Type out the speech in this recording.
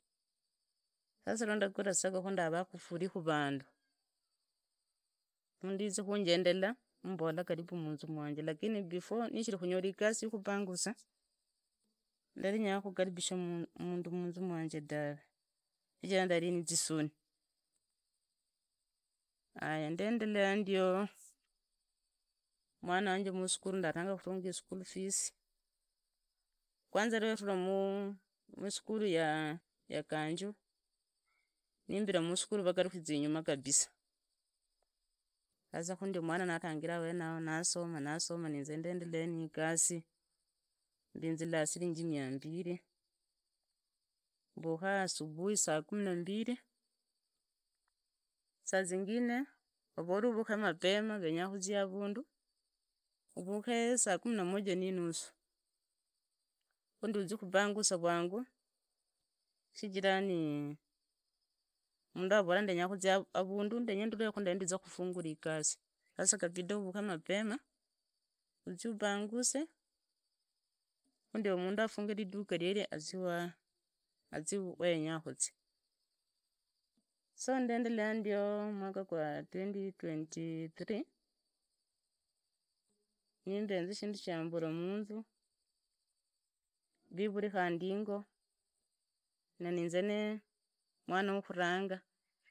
Sasa rwandakura esingokho rwarakhufurikhu vandu mundu yifai khujiendela mmbola karibu muneus mwanje lakini before nishiekhukhunyola ikani yi khunyongusia ndari ni zisoni aya naeendelea ndio mwana wanje musikuru ndatanga kufunga ii school fees, kwanza rwa yatura muskuru ya kanja nimbira muokuru vagarukiza inyuma kabisa. Sasa khu ndio mwana na atangira awenao na soma na soma na inzi nendelea ni igasi mbinzila sirinji mia mbili mbakha asubuhi sa kumi na mbili sa zingine vavora uvukhe mapema vanya khuzia ikosi, sasa kabela uvukhe mapema uzwi uponguse khu ndio mundu ufunge reduka rwerwe azi wa azi wa yenya khuzia. So ndendelea ndio mwaka wae twendi twenti thrii nibenza shindu shiambura muzuu viiuri khandi ingo na niinze mwa wukhuranga.